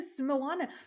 Moana